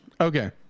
Okay